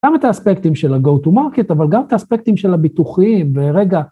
גם את האספקטים של ה-go to market, אבל גם את האספקטים של הביטוחיים, ורגע...